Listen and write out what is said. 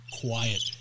quiet